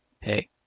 Hey